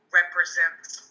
represents